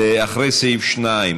לאחרי סעיף 2,